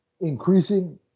increasing